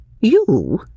You